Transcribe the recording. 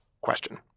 question